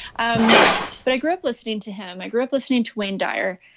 um but i grew up listening to him. i grew up listening to wayne dyer,